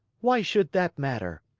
why should that matter?